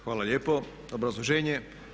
Hvala lijepo Obrazloženje.